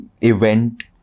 event